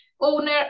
owner